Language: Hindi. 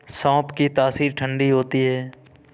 सौंफ की तासीर ठंडी होती है